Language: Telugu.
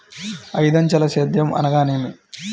ఐదంచెల సేద్యం అనగా నేమి?